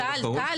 טל,